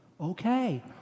Okay